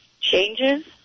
changes